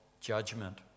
judgment